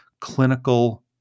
clinical